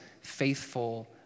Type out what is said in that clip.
faithful